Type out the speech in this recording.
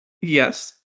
Yes